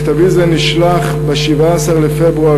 מכתבי זה נשלח ב-17 בפברואר,